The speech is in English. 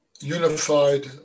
unified